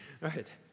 right